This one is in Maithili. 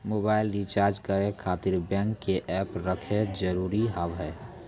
मोबाइल रिचार्ज करे खातिर बैंक के ऐप रखे जरूरी हाव है?